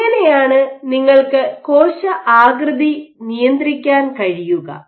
എങ്ങനെയാണ് നിങ്ങൾക്ക് കോശആകൃതി നിയന്ത്രിക്കാൻ കഴിയുക